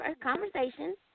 conversation